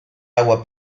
agua